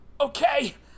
Okay